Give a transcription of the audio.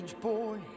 boy